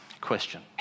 Question